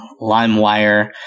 LimeWire